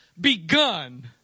begun